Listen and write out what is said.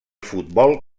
futbol